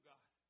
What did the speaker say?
God